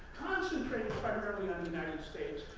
concentrating primarily on the united states.